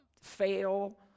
fail